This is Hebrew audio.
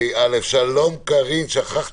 בפניכם מונחים שני